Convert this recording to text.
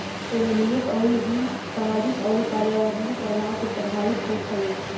एमे निवेश अउरी ऋण सामाजिक अउरी पर्यावरणीय प्रभाव से प्रभावित होत हवे